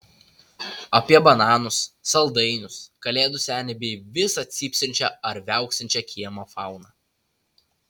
apie bananus saldainius kalėdų senį bei visą cypsinčią ar viauksinčią kiemo fauną